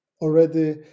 already